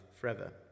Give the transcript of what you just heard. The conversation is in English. forever